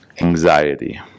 anxiety